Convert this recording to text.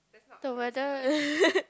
the weather